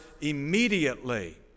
immediately